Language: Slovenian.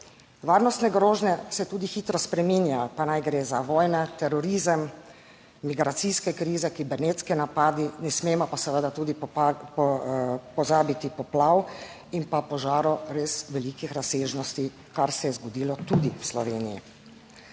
Varnostne grožnje se tudi hitro spreminjajo, pa naj gre za vojne, terorizem, migracijske krize, kibernetski napadi. Ne smemo pa seveda pozabiti poplav in pa požarov res velikih razsežnosti, kar se je zgodilo tudi v Sloveniji.